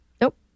Nope